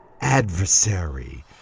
adversary